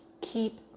keep